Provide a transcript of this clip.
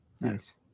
nice